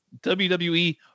WWE